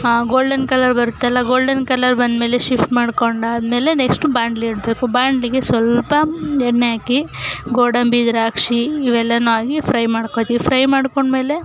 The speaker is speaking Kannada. ಗೋಲ್ಡನ್ ಕಲರ್ ಬರುತ್ತಲ್ಲ ಗೋಲ್ಡನ್ ಕಲರ್ ಬಂದಮೇಲೆ ಶಿಫ್ಟ್ ಮಾಡಿಕೊಂಡಾದ್ಮೇಲೆ ನೆಕ್ಸ್ಟು ಬಾಣಲಿ ಇಡಬೇಕು ಬಾಣಲಿಗೆ ಸ್ವಲ್ಪ ಎಣ್ಣೆ ಹಾಕಿ ಗೋಡಂಬಿ ದ್ರಾಕ್ಷಿ ಇವೆಲ್ಲವೂ ಹಾಕಿ ಫ್ರೈ ಮಾಡ್ಕೊಳ್ತೀವಿ ಫ್ರೈ ಮಾಡಿಕೊಂಡ್ಮೇಲೆ